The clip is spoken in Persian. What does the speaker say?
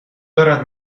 دارد